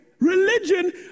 religion